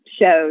shows